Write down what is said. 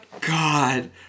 God